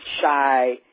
shy